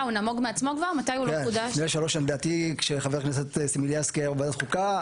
הוא לא חודש לדעתי כשחבר הכנסת סלומינסקי היה יו"ר ועדת חוקה,